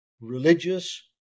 religious